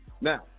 Now